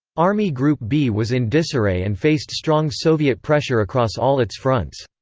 army group b was in disarray and faced strong soviet pressure across all its fronts.